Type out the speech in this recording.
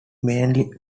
mainly